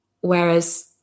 Whereas